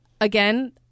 again